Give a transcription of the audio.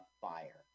fire